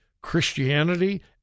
Christianity